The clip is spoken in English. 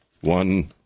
One